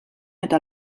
eta